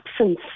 absence